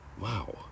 wow